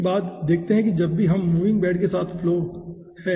इसके बाद देखते हैं कि जब भी हम मूविंग बेड के साथ फ्लो हैं